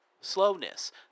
slowness